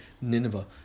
Nineveh